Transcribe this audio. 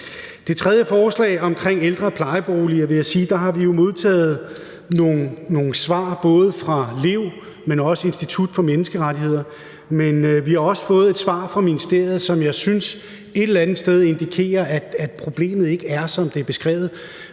det tredje forslag om ældre- og plejeboliger vil jeg sige, at vi har modtaget nogle svar fra både Lev og Institut for Menneskerettigheder. Vi har også fået et svar fra ministeriet, som jeg et eller andet sted synes indikerer, at problemet ikke er sådan, som det er blevet